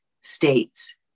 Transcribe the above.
states